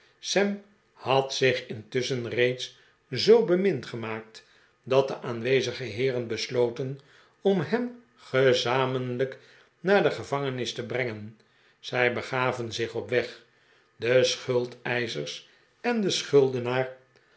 sam had zich intusschen reeds zoo bemind gemaakt dat de aanwezige heeren besloten om hem gezamenlijk naar de gevangenis te brengen zij begaven zich op weg de schuldeischer en de schuldenaar